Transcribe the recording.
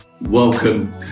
Welcome